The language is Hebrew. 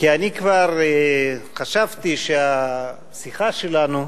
כי אני כבר חשבתי שהשיחה שלנו,